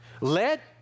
Let